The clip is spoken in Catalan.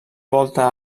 volta